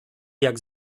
jak